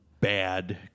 bad